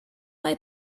mae